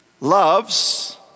loves